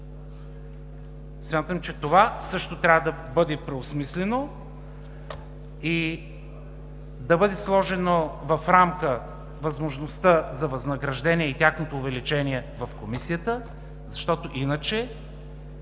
Смятам, че това също трябва да бъде преосмислено и да бъде сложена в рамка възможността за възнаграждението и неговото увеличение в Комисията. Иначе